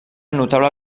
notable